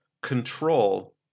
Control